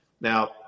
Now